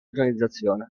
organizzazione